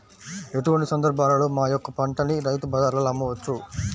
ఎటువంటి సందర్బాలలో మా యొక్క పంటని రైతు బజార్లలో అమ్మవచ్చు?